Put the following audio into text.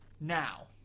Now